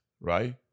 right